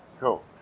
Cool